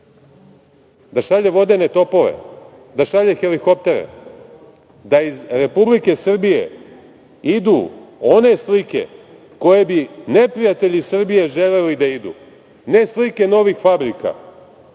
da šalje vodene topove, da šalje helikoptere, da iz Republike Srbije idu one slike koje bi neprijatelji Srbije želeli da idu? Ne slike novih fabrika,